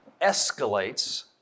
escalates